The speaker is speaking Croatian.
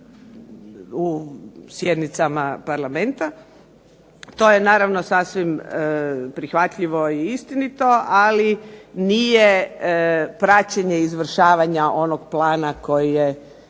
na sjednicama parlamenta, to je sasvim prihvatljivo i istinito ali nije praćenje izvršavanje onog plana koji je